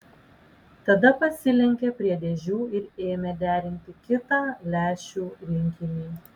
tada pasilenkė prie dėžių ir ėmė derinti kitą lęšių rinkinį